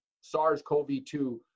SARS-CoV-2